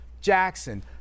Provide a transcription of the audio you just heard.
Jackson